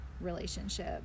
relationship